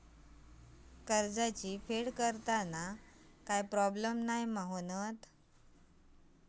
कर्जाची फेड करताना काय प्रोब्लेम नाय मा जा?